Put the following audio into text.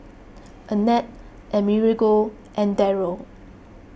Annette Amerigo and Daryl